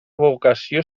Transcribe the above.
vocació